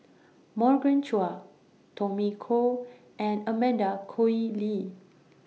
Morgan Chua Tommy Koh and Amanda Koe Lee